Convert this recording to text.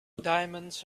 diamonds